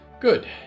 Good